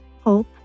hope